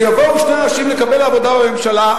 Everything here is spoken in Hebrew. שיבואו שני אנשים לקבל עבודה בממשלה,